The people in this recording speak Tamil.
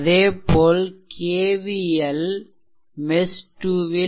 அதேபோல் KVL மெஷ்2 ல்